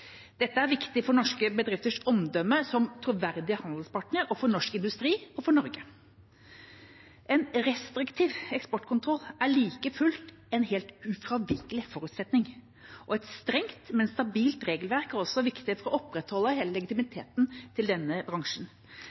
Dette er viktig for norske bedrifters omdømme som troverdig handelspartner og for norsk industri og Norge. En restriktiv eksportkontroll er like fullt en helt ufravikelig forutsetning, og et strengt, men stabilt regelverk er også viktig for å opprettholde hele legitimiteten til denne bransjen.